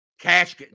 cash